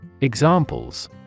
Examples